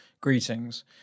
Greetings